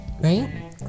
Right